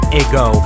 ego